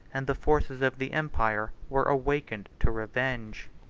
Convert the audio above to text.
and the forces of the empire, were awakened to revenge.